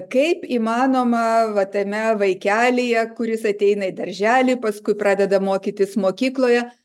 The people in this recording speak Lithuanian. kaip įmanoma va tame vaikelyje kuris ateina į darželį paskui pradeda mokytis mokykloje